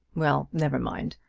well never mind.